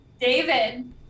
David